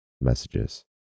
messages